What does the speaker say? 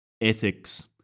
ethics